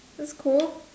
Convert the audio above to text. that's cool